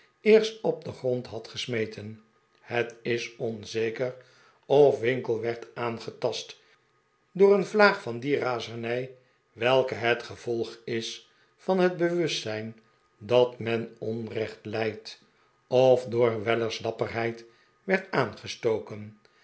eerst op den grond had gesmeten het is onzeker of winkle werd aangetast door een vlaag van die razernij welke het gevolg is van het bewustzijn dat men onrecht lijdt of door weller's dapperheid werd aangestoken